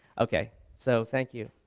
ok so thank you.